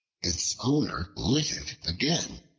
its owner lit it again,